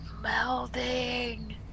melting